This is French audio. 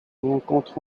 rencontrent